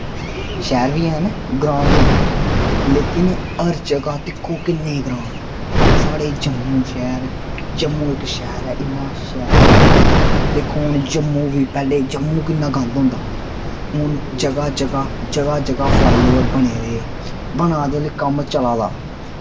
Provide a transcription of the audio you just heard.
शैह्र बी हैन ग्रांऽ बी हैन लेकिन हर जगह दिक्खो किन्ने ग्रांऽ न साढ़े जम्मू शैह्र जम्मू इक शैह्र ऐ इन्ना शैल शैह्र ऐ दिक्खो जम्मू पैह्लें जम्मू किन्ना गंद होंदा हा हून जगह जगह फ्लाईओवर बने दे बना'रदे कम्म चला'रदा